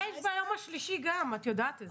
יש ביום השלישי גם, את יודעת את זה.